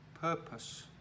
purpose